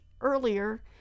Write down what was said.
earlier